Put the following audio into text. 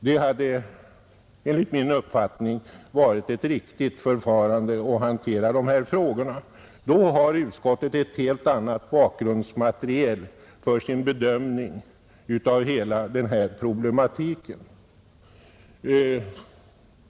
Det hade enligt min uppfattning varit ett riktigt förfarande. Då har utskottet ett helt annat bakgrundsmaterial för sin bedömning av hela denna problematik.